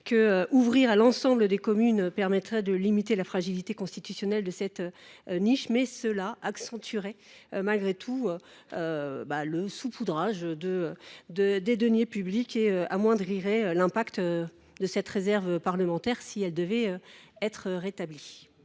dispositif à l’ensemble des communes permettrait de limiter la fragilité constitutionnelle de ce texte, mais cela accentuerait le risque de saupoudrage des deniers publics et amoindrirait l’impact de la réserve parlementaire, si celle ci devait être rétablie.